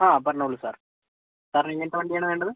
ആ പറഞ്ഞോളൂ സാർ സാറിനെങ്ങനെത്തെ വണ്ടിയാണ് വേണ്ടത്